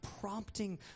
prompting